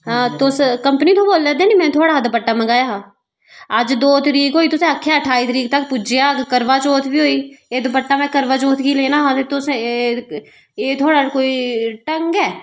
हां तुस कम्पनी तू बोल्ला दे नेईं में दुपट्टा मंगाया हा अज्ज दो तरीक होई तुसें आक्खया हा ठाई तरीक तक पुज्जी जाग करबा चौथ बी होई गेई एह दुपट्टा में करबा चौथ गी लेना हा ते तुसें एह् थुहाड़ा कोई ढंग ऐ